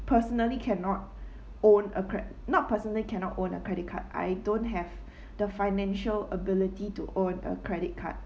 personally cannot own a cre~ not personally cannot own a credit card I don't have the financial ability to own a credit card